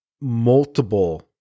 multiple